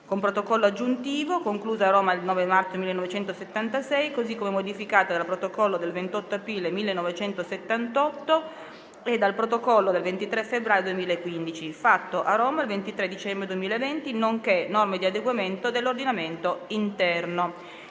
con Protocollo aggiuntivo, conclusa a Roma il 9 marzo 1976, così come modificata dal Protocollo del 28 aprile 1978 e dal Protocollo del 23 febbraio 2015, fatto a Roma il 23 dicembre 2020, nonché norme di adeguamento dell'ordinamento interno"